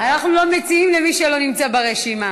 אנחנו לא מציעים למי שלא נמצא ברשימה.